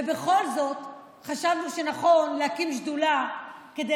ובכל זאת חשבנו שנכון להקים שדולה כדי